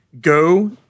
go